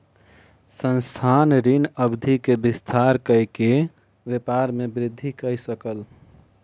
संस्थान, ऋण अवधि के विस्तार कय के व्यापार में वृद्धि कय सकल